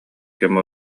кэм